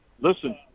listen